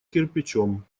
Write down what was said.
кирпичом